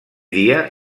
dia